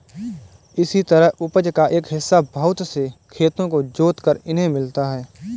इसी तरह उपज का एक हिस्सा बहुत से खेतों को जोतकर इन्हें मिलता है